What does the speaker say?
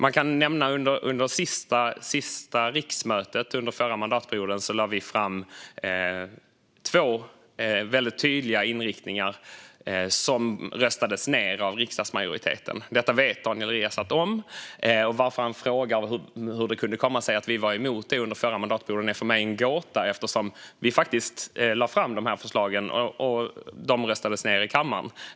Man kan nämna att vi under den förra mandatperiodens sista riksmöte lade fram två tydliga inriktningar, som röstades ned av riksdagsmajoriteten. Detta vet Daniel Riazat. Varför han frågade hur det kunde komma sig att vi var emot under den förra mandatperioden är för mig en gåta, eftersom vi faktiskt lade fram förslagen och de röstades ned i kammaren.